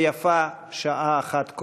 ויפה שעה אחת קודם.